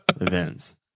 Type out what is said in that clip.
events